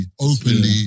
openly